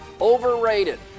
overrated